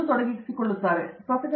professor